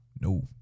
No